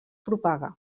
propaga